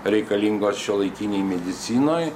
reikalingos šiuolaikinėj medicinoj